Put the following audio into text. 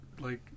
-like